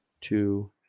two